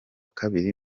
kabiri